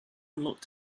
looked